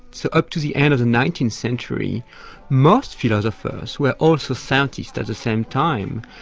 so up to the end of the nineteenth century most philosophers were also scientists at the same time.